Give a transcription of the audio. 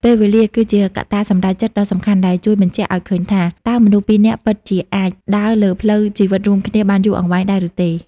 ពេលវេលាគឺជាកត្តាសម្រេចចិត្តដ៏សំខាន់ ដែលជួយបញ្ជាក់ឱ្យឃើញថា តើមនុស្សពីរនាក់ពិតជាអាចដើរលើផ្លូវជីវិតរួមគ្នាបានយូរអង្វែងដែរឬទេ។